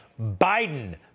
Biden